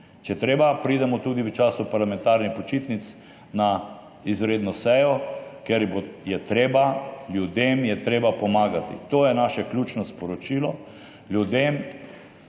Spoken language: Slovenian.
je treba, pridemo tudi v času parlamentarnih počitnic na izredno sejo, ker je treba ljudem pomagati. To je naše ključno sporočilo. Ljudi